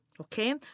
okay